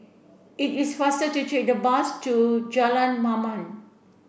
it is faster to take the bus to Jalan Mamam